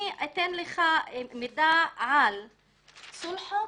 אני אתן לך מידע על סולחות,